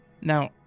Now